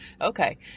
Okay